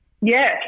Yes